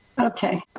Okay